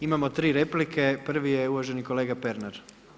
Imamo tri replike, prvi je uvaženi kolega Pernar.